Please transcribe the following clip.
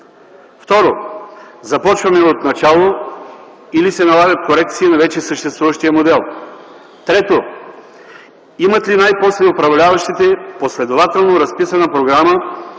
Второ, отначало ли започваме, или се налага корекция на вече съществуващия модел? Трето, имат ли най-после управляващите последователно разписана програма